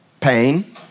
pain